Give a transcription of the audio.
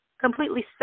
completely